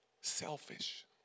selfish